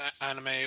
anime